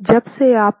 इसलिए जब से आप